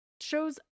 shows